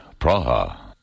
Praha